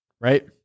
right